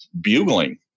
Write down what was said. bugling